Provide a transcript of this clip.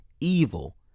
evil